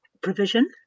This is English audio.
provision